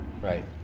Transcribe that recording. right